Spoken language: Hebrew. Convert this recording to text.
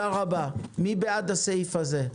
מי בעד הסעיף הזה?